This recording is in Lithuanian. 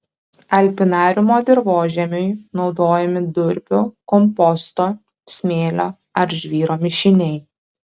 alpinariumo dirvožemiui naudojami durpių komposto smėlio ar žvyro mišiniai